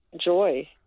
joy